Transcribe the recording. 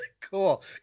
Cool